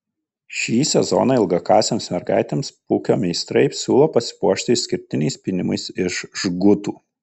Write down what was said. šį sezoną ilgakasėms mergaitėms pukio meistrai siūlo pasipuošti išskirtiniais pynimais iš žgutų